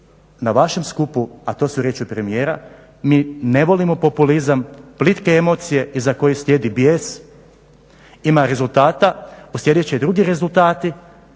na vašem skupu, a to su riječi premijera, mi ne volimo populizam, plitke emocije iza kojih slijedi bijes. Ima rezultata, uslijedit će drugi rezultati,